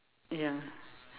ya